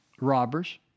robbers